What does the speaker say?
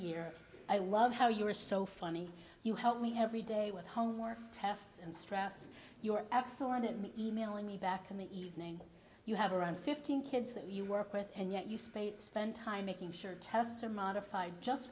year i love how you are so funny you help me every day with homework tests and stress your excellent e mailing me back in the evening you have around fifteen kids that you work with and yet you space spend time making sure tests are modified just